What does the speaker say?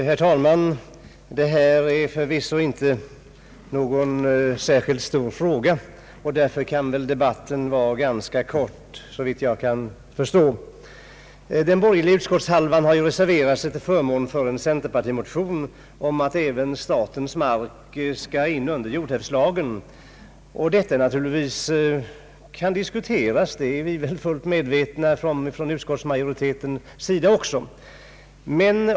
Herr talman! Det här är förvisso inte någon särskilt stor fråga, och därför kan väl debatten bli ganska kort. Den borgerliga utskottshalvan har reserverat sig till förmån för en centerpartimotion om att även statens mark skall in under jordhävdslagen. Utskottsmajoriteten är medveten om att detta kan diskuteras.